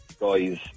guys